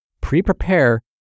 pre-prepare